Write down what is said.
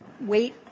wait